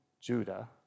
Judah